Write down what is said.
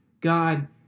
God